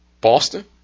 Boston